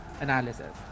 analysis